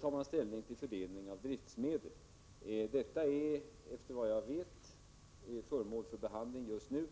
tar man ställning till fördelningen av driftmedel. Detta är, efter vad jag vet, föremål för behandling just nu.